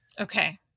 Okay